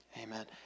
Amen